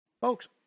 Folks